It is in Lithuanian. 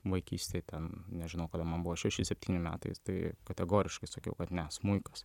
vaikystėj ten nežinau kada man buvo šeši septyni metai tai kategoriškai sakiau kad ne smuikas